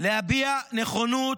להביע נכונות,